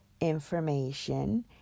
information